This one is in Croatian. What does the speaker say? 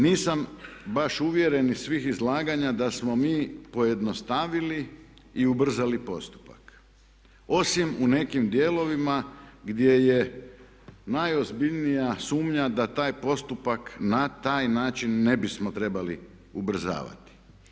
Nisam baš uvjeren iz svih izlaganja da smo mi pojednostavili i ubrzali postupak osim u nekim dijelovima gdje je najozbiljnija sumnja da taj postupak na taj način ne bismo trebali ubrzavati.